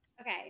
Okay